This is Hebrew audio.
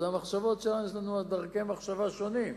אז יש לנו דרכי מחשבה שונות.